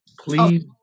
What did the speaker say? Please